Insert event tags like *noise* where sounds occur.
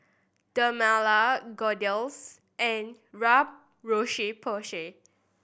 Dermale Kordel's and *unintelligible* Roche Porsay